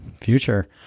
future